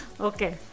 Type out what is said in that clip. okay